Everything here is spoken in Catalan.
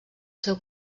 seu